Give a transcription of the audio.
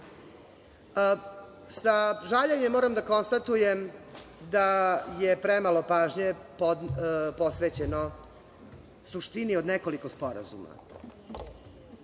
to. Sa žaljenjem moram da konstatujem da je premalo pažnje posvećeno suštini od nekoliko sporazuma